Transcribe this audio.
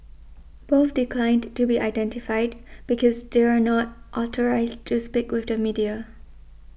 both declined to be identified because they are not authorised to speak with the media